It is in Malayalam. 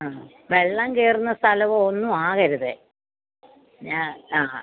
ആണോ വെള്ളം കയറുന്ന സ്ഥലമോ ഒന്നും ആകരുതേ ഞാൻ ആ